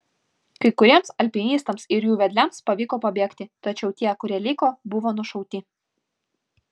kai kuriems alpinistams ir jų vedliams pavyko pabėgti tačiau tie kurie liko buvo nušauti